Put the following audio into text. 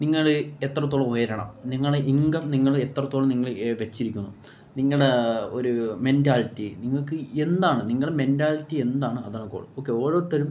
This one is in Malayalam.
നിങ്ങള് എത്രത്തോളം ഉയരണം നിങ്ങളുടെ ഇന്കം നിങ്ങള് എത്രത്തോളം നിങ്ങള് വച്ചിരിക്കുന്നു നിങ്ങളുടെ ഒരു മെൻറ്റാലിറ്റി നിങ്ങള്ക്ക് എന്താണ് നിങ്ങളുടെ മെൻറ്റാലിറ്റി എന്താണ് അതാണ് ഗോൾ ഓക്കെ ഓരോത്തരും